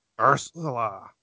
ursula